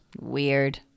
Weird